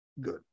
Good